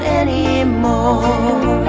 anymore